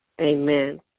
Amen